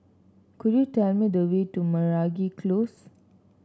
could you tell me the way to Meragi Close